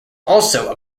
also